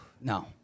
no